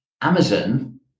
Amazon